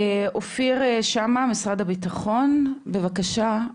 אופיר שמא, משרד הביטחון, בבקשה.